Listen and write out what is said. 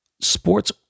Sports